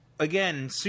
Again